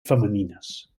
femenines